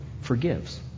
forgives